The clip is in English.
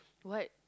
what